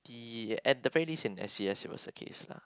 the at the very least in N_C_S it was the case lah